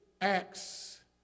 Acts